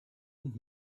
und